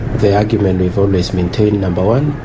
the argument we've always maintained, number one,